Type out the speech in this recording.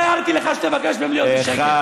מכרתם לציבור כאילו מישהו הוציא את כולם מחוץ למחנה,